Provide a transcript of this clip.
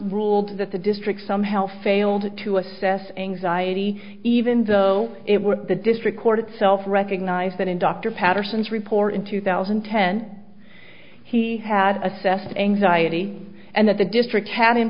ruled that the district somehow failed to assess anxiety even though it were the district court itself recognise that in dr patterson's report in two thousand and ten he had assessed anxiety and that the district had in